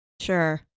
Sure